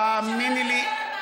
תאמיני לי,